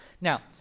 Now